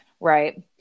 Right